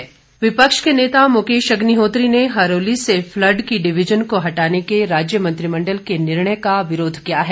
अग्निहोत्री विपक्ष के नेता मुकेश अग्निहोत्री ने हरोली से फ्लड की डिविजन को हटाने के राज्य मंत्रिमंडल के निर्णय का विरोध किया है